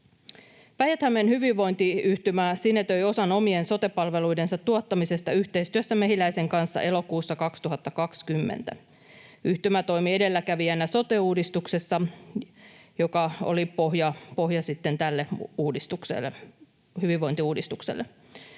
Päijät-Hämeen hyvinvointiyhtymä sinetöi osan omien sote-palveluidensa tuottamisesta yhteistyössä Mehiläisen kanssa elokuussa 2020. Yhtymä toimi edelläkävijänä sote-uudistuksessa, joka oli pohja sitten tälle hyvinvointiuudistukselle.